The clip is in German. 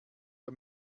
der